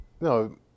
no